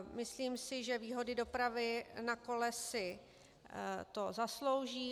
Myslím si, že výhody dopravy na kole si to zaslouží.